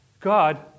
God